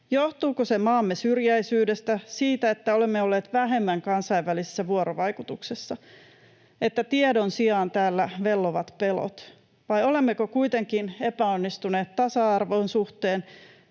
Johtuuko se maamme syrjäisyydestä, siitä, että olemme olleet vähemmän kansainvälisessä vuorovaikutuksessa, että tiedon sijaan täällä vellovat pelot? Vai olemmeko kuitenkin epäonnistuneet tasa-arvon suhteen,